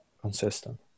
consistent